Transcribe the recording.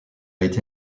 été